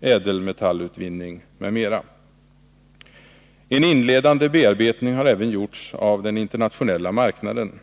och ädelmetallutvinning. En inledande bearbetning har även gjorts av den internationella marknaden.